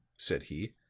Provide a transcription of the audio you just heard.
said he,